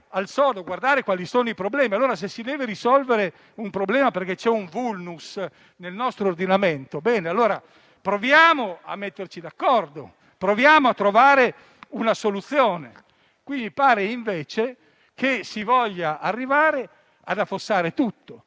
al sodo, guardare quali sono i problemi. Allora, se si deve risolvere un problema, perché c'è un *vulnus* nel nostro ordinamento, proviamo a metterci d'accordo, proviamo a trovare una soluzione. Qui pare invece che si voglia arrivare ad affossare tutto,